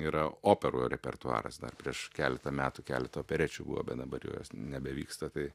yra operų repertuaras dar prieš keletą metų keletą operečių buvo bet dabar jau jos nebevyksta tai